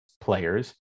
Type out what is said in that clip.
players